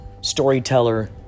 storyteller